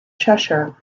cheshire